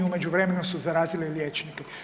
U međuvremenu su zarazili liječnike.